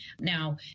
Now